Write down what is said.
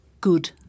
good